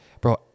bro